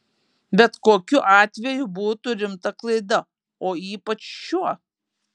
bet kokiu atveju būtų rimta klaida o ypač šiuo